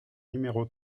numéro